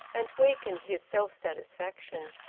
and weakened his self-satisfaction.